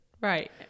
right